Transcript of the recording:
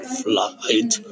flight